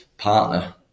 partner